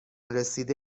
رسیده